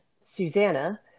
Susanna